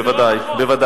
בוודאי.